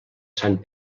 sant